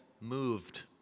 moved